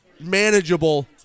manageable